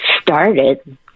started